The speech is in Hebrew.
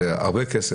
זה הרבה כסף.